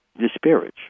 disparage